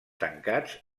tancats